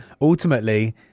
ultimately